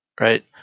right